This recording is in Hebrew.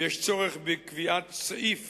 ויש צורך בקביעת סעיף